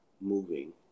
moving